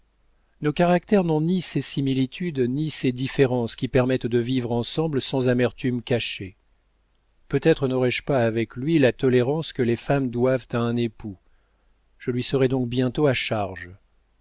nos caractères n'ont ni ces similitudes ni ces différences qui permettent de vivre ensemble sans amertume cachée peut-être n'aurais-je pas avec lui la tolérance que les femmes doivent à un époux je lui serais donc bientôt à charge